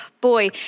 boy